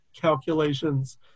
calculations